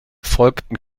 folgten